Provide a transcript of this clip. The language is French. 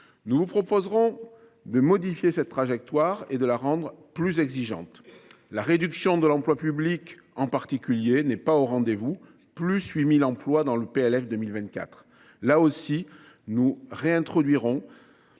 Nous vous proposerons de modifier cette trajectoire et de la rendre plus exigeante. La réduction de l’emploi public en particulier n’est pas au rendez vous, avec 8 000 emplois supplémentaires dans le PLF 2024. Là aussi, nous réintroduirons